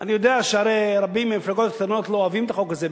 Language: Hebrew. אני יודע שהרי רבים מהמפלגות הקטנות לא אוהבים את החוק הזה,